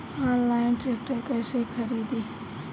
Online tractor कैसे खरदी?